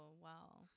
wow